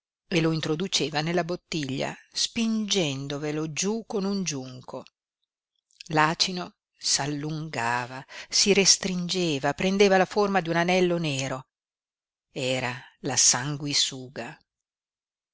e lo introduceva nella bottiglia spingendovelo giú con un giunco l'acino s'allungava si restringeva prendeva la forma di un anello nero era la sanguisuga